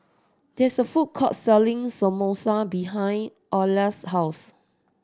there is a food court selling Samosa behind Orla's house